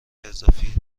اضافی